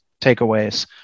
takeaways